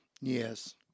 Yes